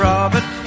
Robert